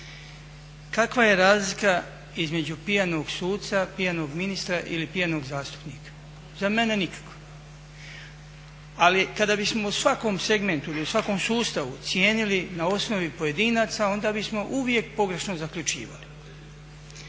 Kakva je razlika između pijanog suca, pijanog ministra ili pijanog zastupnika? Za mene nikakva. Ali kada bismo u svakom segmentu ili u svakom sustavu cijenili na osnovi pojedinaca onda bismo uvijek pogrešno zaključivali.